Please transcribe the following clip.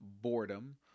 boredom